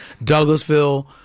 Douglasville